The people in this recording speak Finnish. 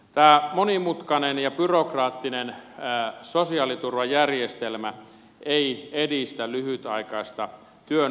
tämä monimutkainen ja byrokraattinen sosiaaliturvajärjestelmä ei edistä lyhytaikaista työn vastaanottamista